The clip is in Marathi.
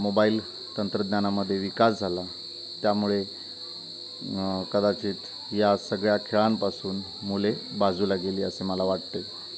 मोबाईल तंत्रज्ञानामध्ये विकास झाला त्यामुळे कदाचित या सगळ्या खेळांपासून मुले बाजूला गेली असे मला वाटते